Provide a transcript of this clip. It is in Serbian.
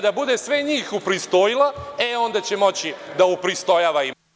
Kada bude sve njih upristojila, e onda će moći da upristojava i mene.